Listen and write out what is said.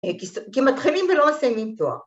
‫כי מתחילים ולא מסיימים תואר